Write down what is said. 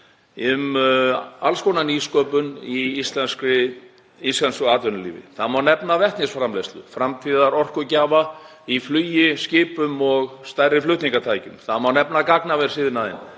um alls konar nýsköpun í íslensku atvinnulífi. Það má nefna vetnisframleiðslu, framtíðarorkugjafa í flugvélum, skipum og stærri flutningatækjum. Það má nefna gagnaversiðnaðinn